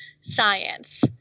science